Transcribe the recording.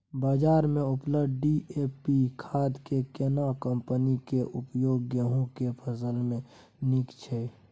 बाजार में उपलब्ध डी.ए.पी खाद के केना कम्पनी के उपयोग गेहूं के फसल में नीक छैय?